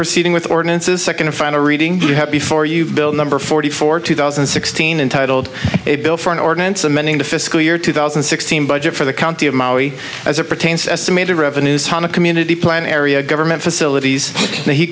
proceeding with ordinances second and final reading do you have before you bill number forty four two thousand and sixteen untitled a bill for an ordinance amending the fiscal year two thousand and sixteen budget for the county of maui as it pertains estimated revenues on a community plan area government facilities